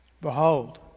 Behold